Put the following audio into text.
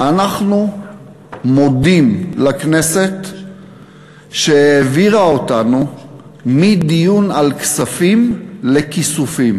אנחנו מודים לכנסת שהעבירה אותנו מדיון על כספים לכיסופים.